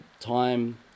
time